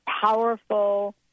powerful